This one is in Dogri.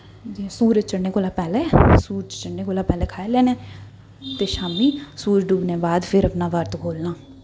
सूरज चढ़नें कोला पैह्लें खाई लैन्ने ते शाममीं फिर सूरज डुब्बने दे बाद अपना बरत खोलना